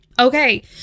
Okay